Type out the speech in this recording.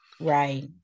right